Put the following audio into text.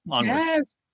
yes